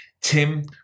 Tim